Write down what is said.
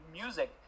music